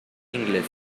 inglesa